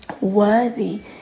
worthy